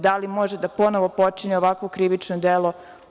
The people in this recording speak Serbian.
Da li može ponovo da počini ovakvo krivično delo?